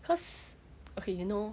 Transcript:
cause okay you know